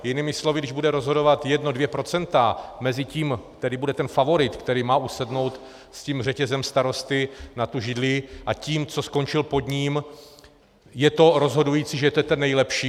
Jinými slovy, když bude rozhodovat jedno dvě procenta mezi tím, který bude ten favorit, který má usednout s řetězem starosty na tu židli, a tím, co skončil pod ním, je to rozhodující, že to je ten nejlepší?